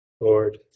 Lord